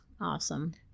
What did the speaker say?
awesome